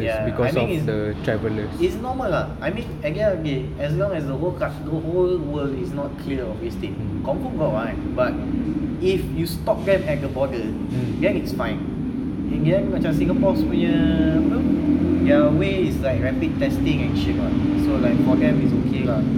ya I mean it's it's normal ah I mean at the end of the day as long as the ka~ the whole world is not clear of this thing confirm got one but if you stop them at the boarder then it's fine in the end macam singapore's punya ape itu their way is like rapid testing and shit what so like for them is okay lah